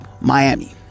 Miami